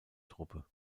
truppe